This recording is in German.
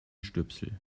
stöpsel